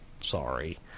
Sorry